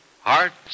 Hearts